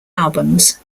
albums